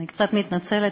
אני קצת מתנצלת,